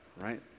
right